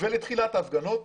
ולתחילת ההפגנות,